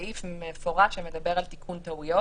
סעיף מפורש שמדבר על תיקון טעויות.